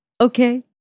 okay